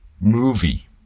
movie